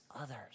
others